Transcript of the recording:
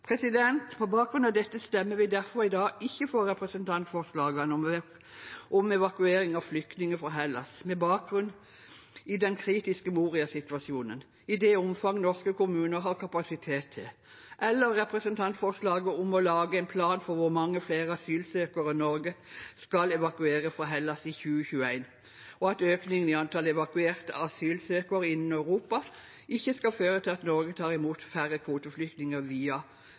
På bakgrunn av dette stemmer vi derfor i dag ikke for representantforslaget om «evakuering av flyktninger fra Hellas, med bakgrunn i den kritiske Moria-situasjonen, i det omfang norske kommuner har kapasitet til», eller for representantforslaget om «å lage en plan for hvor mange flere asylsøkere Norge skal evakuere fra Hellas i 2021 og at økningen i antall evakuerte asylsøkere innen Europa ikke skal føre til at Norge tar imot færre kvoteflyktninger via